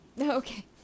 okay